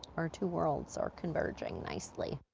our two worlds are converging nicely.